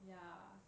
ya